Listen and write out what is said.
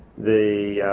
the